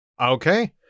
Okay